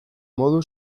modu